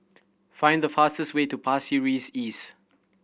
find the fastest way to Pasir Ris East